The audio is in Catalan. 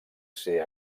ser